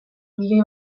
miloi